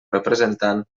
representant